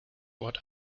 what